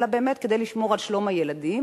אלא באמת כדי לשמור על שלום הילדים,